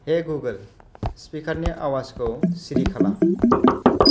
हे Google स्पिकारनि आवाजखौ सिरि खालाम